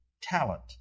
talent